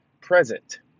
present